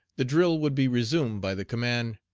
the drill would be resumed by the command